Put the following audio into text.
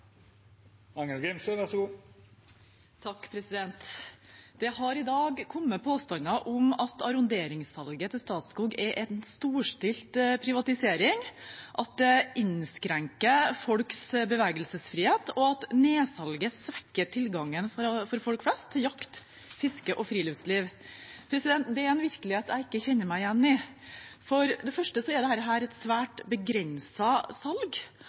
storstilt privatisering, at det innskrenker folks bevegelsesfrihet, og at nedsalget svekker tilgangen for folk flest til jakt, fiske og friluftsliv. Det er en virkelighet jeg ikke kjenner meg igjen i. For det første er dette et svært begrenset salg, og for det